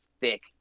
thick